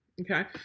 okay